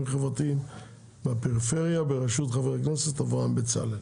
חברתיים בפריפריה בראשות חה"כ אברהם בצלאל.